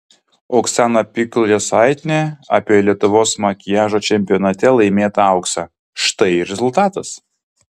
oksana pikul jasaitienė apie lietuvos makiažo čempionate laimėtą auksą štai ir rezultatas